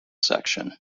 section